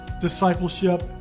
discipleship